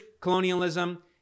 colonialism